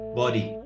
body